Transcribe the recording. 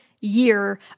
year